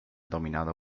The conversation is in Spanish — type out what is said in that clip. dominado